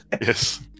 yes